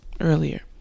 earlier